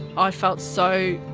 i felt so,